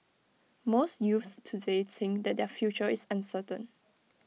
most youths today think that their future is uncertain